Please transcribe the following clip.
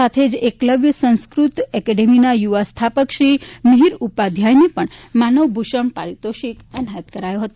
સાથે જ એકલવ્ય સંસ્કૃત એકેડેમીના યુવા સ્થાપક શ્રી મિહિર ઉપાધ્યાયને પણ માનવ ભૂષણ પારિતોષિક એનાયત કરાયો હતો